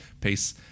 Peace